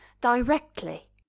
directly